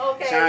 Okay